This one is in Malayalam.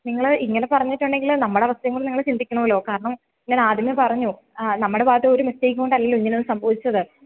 നിങ്ങൾ ഇങ്ങനെ പറഞ്ഞിട്ടുണ്ടെങ്കിൽ നമ്മളുടെ അവസ്ഥയും ഒന്ന് ചിന്തിക്കണമല്ലോ കാരണം ഞാൻ ആദ്യമേ പറഞ്ഞു നമ്മുടെ ഭാഗത്ത് ഒരു മിസ്റ്റേക്ക് കൊണ്ടല്ലല്ലോ ഇങ്ങനെയൊന്നും സംഭവിച്ചത്